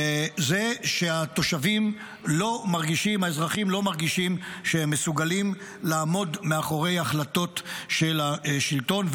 זה שהאזרחים לא מרגישים שהם מסוגלים לעמוד מאחורי ההחלטות של השלטון.